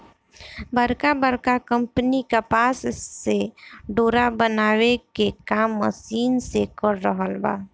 बड़का बड़का कंपनी कपास से डोरा बनावे के काम मशीन से कर रहल बा